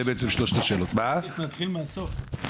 אני אתחיל מהסוף.